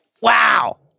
Wow